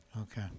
okay